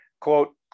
quote